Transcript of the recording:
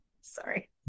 Sorry